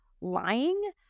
lying